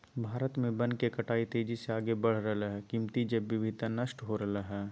भारत में वन के कटाई तेजी से आगे बढ़ रहल हई, कीमती जैव विविधता नष्ट हो रहल हई